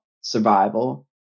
survival